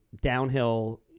downhill